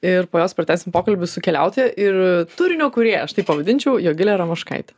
ir po jos pratęsim pokalbį su keliautoja ir turinio kūrėja aš taip pavadinčiau jogile ramoškaite